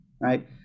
right